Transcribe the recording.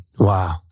Wow